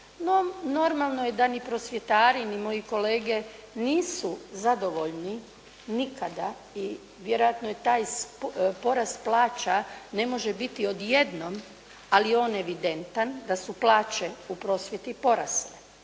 normalno je da ni prosvjetari ni moji kolege nisu zadovoljni nikada i vjerojatno je taj porast plaća ne može biti odjednom, ali je on evidentan da su plaće u prosvjeti porasle.